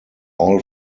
all